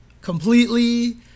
completely